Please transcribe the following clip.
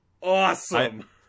Awesome